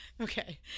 Okay